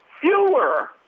fewer